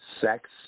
sex